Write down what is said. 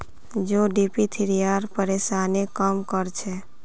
जौ डिप्थिरियार परेशानीक कम कर छेक